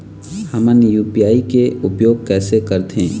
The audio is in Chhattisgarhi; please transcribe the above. हमन यू.पी.आई के उपयोग कैसे करथें?